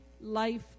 life